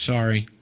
Sorry